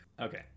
Okay